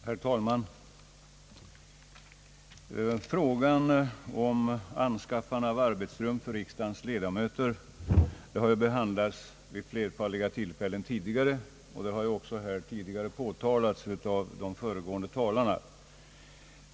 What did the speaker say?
Herr talman! Frågan om anskaffande av arbetsrum för riksdagens ledamö ter har behandlats tidigare vid flerfaldiga tillfällen, vilket också påpekats av de föregående talarna.